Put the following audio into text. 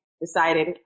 decided